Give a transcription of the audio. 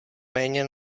méně